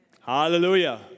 Hallelujah